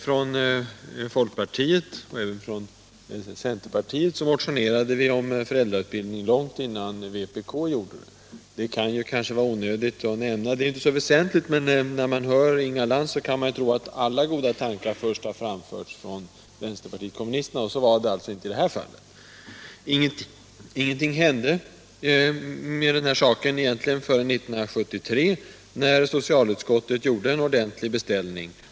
Från folkpartiet och även från centerpartiet motionerade vi om föräldrautbildning långt innan vänsterpartiet kommunisterna gjorde det. Det kan kanske vara onödigt att nämna det, för det är ju inte så väsentligt, men när man hör Inga Lantz kan man tro att alla goda tankar först har framförts av vänsterpartiet kommunisterna, och så var det alltså inte i det här fallet. Ingenting hände egentligen med våra motioner förrän 1973, när socialutskottet gjorde en beställning.